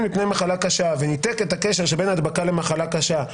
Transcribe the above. מפני מחלה קשה וניתק את הקשר שבין הדבקה למחלה קשה,